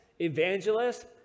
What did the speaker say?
evangelists